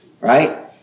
right